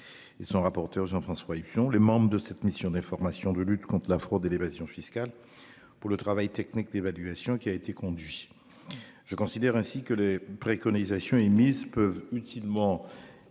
Et son rapporteur Jean-François. Les membres de cette mission d'information de lutte contre la fraude et l'évasion fiscale pour le travail technique d'évaluation qui a été conduit. Je considère ainsi que les préconisations émises peuvent utilement.